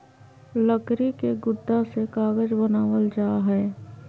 लकड़ी के गुदा से कागज बनावल जा हय